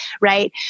right